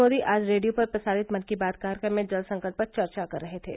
श्री मोदी आज रेडियो पर प्रसारित मन की बात कार्यक्रम में जल संकट पर चर्चा कर रहे थे